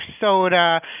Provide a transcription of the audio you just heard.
soda